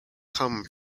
come